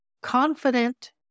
confident